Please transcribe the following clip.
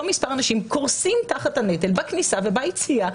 אותו מספר אנשים קורסים תחת הנטל בכניסה וביציאה.